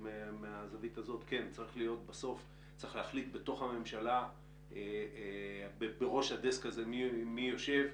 שבסוף צריך להחליט מי עומד בראש הדסק הזה בתוך הממשלה.